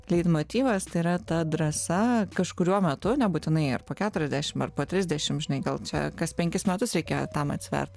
leitmotyvas tai yra ta drąsa kažkuriuo metu nebūtinai ar po keturiasdešim ar po trisdešim žinai gal čia kas penkis metus reikėjo tam atsivert